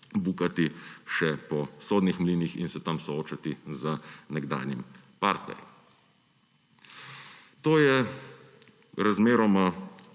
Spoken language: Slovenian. bukati še po sodnih mlinih in se tam soočati z nekdanjim partnerjem. To je razmeroma